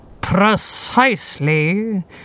Precisely